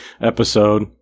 episode